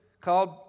called